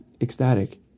ecstatic